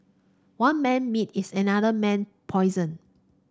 one man meat is another man poison